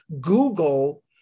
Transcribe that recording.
Google